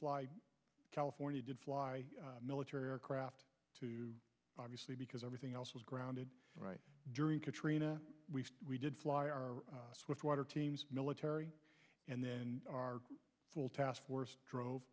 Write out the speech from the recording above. fly california did fly military aircraft to obviously because everything else was grounded right during katrina we did fly our swift water teams military and then our full task force drove